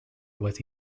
was